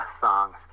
songs